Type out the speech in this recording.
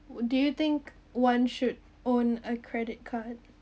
do you think one should own a credit card